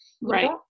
Right